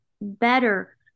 better